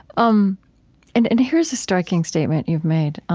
um and and here's a striking statement you've made